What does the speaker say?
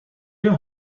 your